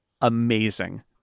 amazing